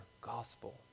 gospel